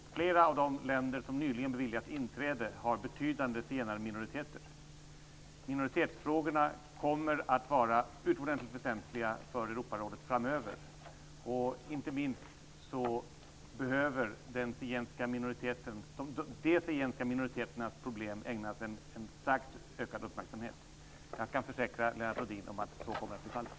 Flera av de länder som nyligen har beviljats inträde har betydande zigenarminoriteter. Minoritetsfrågorna kommer att vara utomordentligt väsentliga för Europarådet framöver. Inte minst de zigenska minoriternas problem behöver ägnas en starkt ökad uppmärksamhet. Jag kan försäkra Lennart Rohdin om att så kommer att bli fallet.